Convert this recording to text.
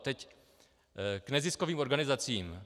Teď k neziskovým organizacím.